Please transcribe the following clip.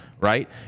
right